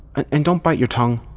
and don't bite your tongue.